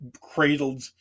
cradled